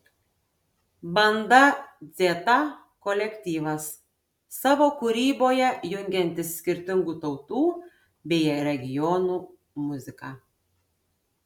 banda dzeta kolektyvas savo kūryboje jungiantis skirtingų tautų bei regionų muziką